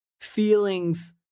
feelings